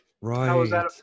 Right